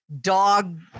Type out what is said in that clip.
dog